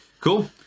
Cool